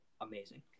amazing